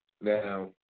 Now